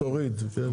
תוריד, כן.